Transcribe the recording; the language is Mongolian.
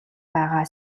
байгаа